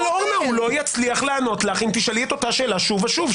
הוא לא יצליח לענות לך אם תשאלי את אותה שאלה שוב ושוב.